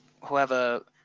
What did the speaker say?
whoever